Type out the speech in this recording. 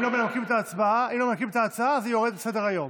אם מנתקים את ההצעה היא יורדת מסדר-היום.